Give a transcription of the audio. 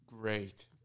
great